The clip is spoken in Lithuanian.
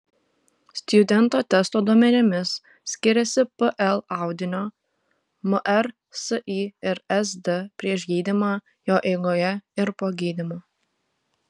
stjudento testo duomenimis skiriasi pl audinio mr si ir sd prieš gydymą jo eigoje ir po gydymo